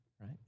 right